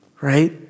right